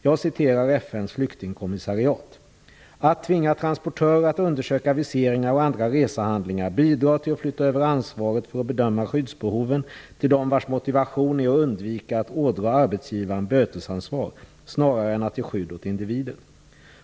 Jag citerar FN:s flyktingkommissariat: "Att tvinga transportörer att undersöka viseringar och andra resehandlingar bidrar till att flytta över ansvaret för att bedöma skyddsbehoven till dem vars motivation är att undvika att ådra arbetsgivaren bötesansvar, snarare än att ge skydd åt individer.